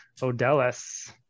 Odellis